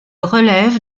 relève